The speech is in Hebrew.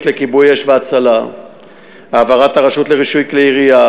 לכיבוי אש והצלה והעברת הרשות לרישוי כלי ירייה.